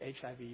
HIV